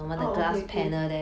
oh okay K